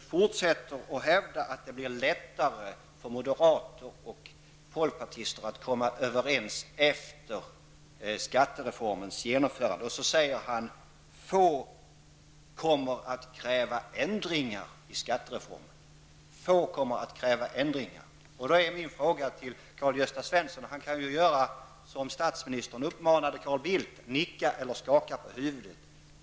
fortsätter att hävda att det blir lättare för moderater och folkpartister att komma överens efter skattereformens genomförande, och så säger han: Få kommer att kräva ändringar i skattereformen. När jag nu ställer en fråga till Karl Gösta Svenson så kan han göra som statsministern uppmanade Carl Bildt att göra i går, nämligen nicka eller skaka med huvudet.